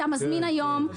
אתה מזמין היום,